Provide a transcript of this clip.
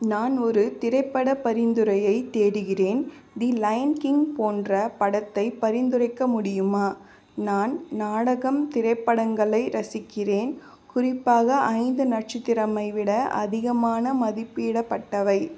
நான் ஒரு திரைப்படப் பரிந்துரையைத் தேடுகிறேன் தி லயன் கிங் போன்ற படத்தைப் பரிந்துரைக்க முடியுமா நான் நாடகம் திரைப்படங்களை ரசிக்கிறேன் குறிப்பாக ஐந்து நட்சத்திரமை விட அதிகமான மதிப்பிடப்பட்டவை